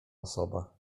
osoba